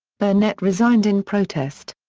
burnett resigned in protest.